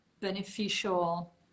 beneficial